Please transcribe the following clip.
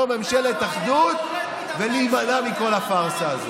ממשלת אחדות ולהימנע מכל הפארסה הזאת.